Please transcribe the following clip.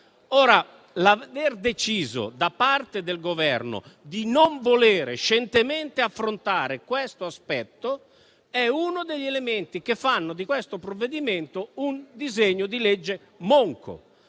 Governo abbia deciso di non volere scientemente affrontare questo aspetto è uno degli elementi che fanno di questo provvedimento un disegno di legge monco